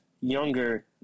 younger